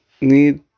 need